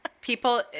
People